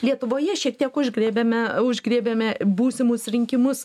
lietuvoje šiek tiek užgriebėme užgriebėme būsimus rinkimus